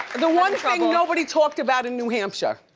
the one thing nobody talked about in new hampshire,